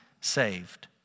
saved